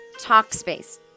Talkspace